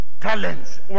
Talents